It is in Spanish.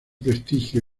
prestigio